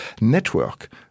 network